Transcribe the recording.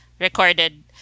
recorded